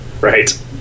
right